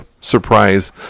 surprise